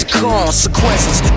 consequences